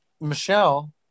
Michelle